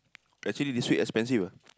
actually this week expensive ah